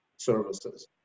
services